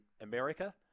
America